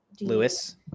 Lewis